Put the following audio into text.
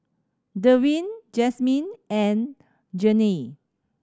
Derwin Jazmine and Jeannie